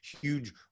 huge